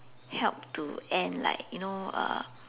help to end like you know uh